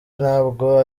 ntabwo